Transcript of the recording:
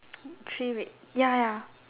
three red ya ya